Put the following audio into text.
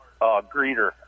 greeter